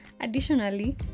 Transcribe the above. additionally